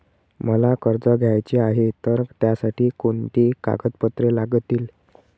मला कर्ज घ्यायचे आहे तर त्यासाठी कोणती कागदपत्रे लागतील?